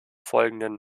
folgenden